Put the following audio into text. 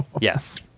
Yes